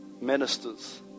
ministers